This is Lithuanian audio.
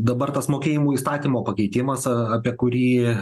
dabar tas mokėjimų įstatymo pakeitimas apie kurį